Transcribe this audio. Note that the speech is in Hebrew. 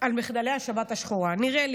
על מחדלי השבת השחורה נראה לי,